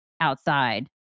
outside